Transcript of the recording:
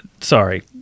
Sorry